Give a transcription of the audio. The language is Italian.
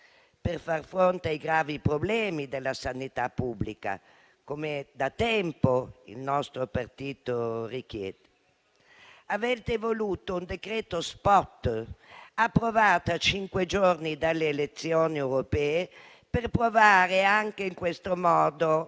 per far fronte ai gravi problemi della sanità pubblica, come da tempo il nostro partito richiede. Avete voluto un decreto *spot*, approvato a cinque giorni dalle elezioni europee per provare anche in questo modo